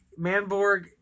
Manborg